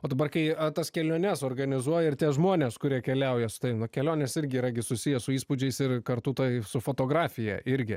o dabar kai tas keliones organizuoji ir tie žmonės kurie keliauja su tavim nu kelionės irgi yra gi susiję su įspūdžiais ir kartu tai su fotografija irgi